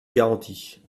garanties